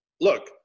Look